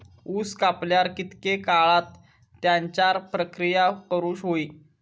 ऊस कापल्यार कितके काळात त्याच्यार प्रक्रिया करू होई?